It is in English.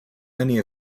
many